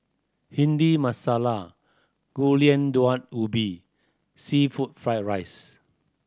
Bhindi Masala Gulai Daun Ubi seafood fried rice